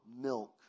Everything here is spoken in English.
milk